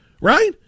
right